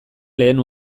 lehen